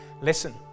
Listen